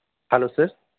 hello sir